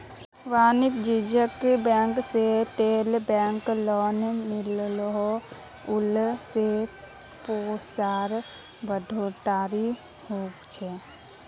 वानिज्ज्यिक बैंक से जेल बैंक लोन मिलोह उला से पैसार बढ़ोतरी होछे